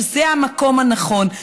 שזה המקום הנכון.